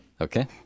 Okay